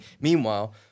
Meanwhile